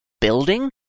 building